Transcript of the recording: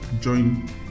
join